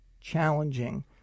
challenging